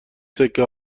سکه